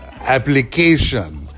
application